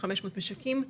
500 משקים,